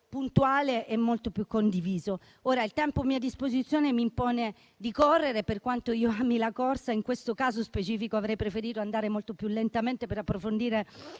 puntuale e molto più condiviso. Il tempo a mia disposizione mi impone di correre ma, per quanto io ami la corsa, in questo caso specifico avrei preferito andare molto più lentamente per approfondire